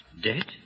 Dead